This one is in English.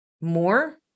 more